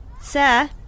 Sir